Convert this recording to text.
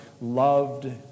loved